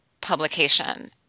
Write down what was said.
publication